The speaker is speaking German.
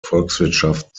volkswirtschaft